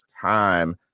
time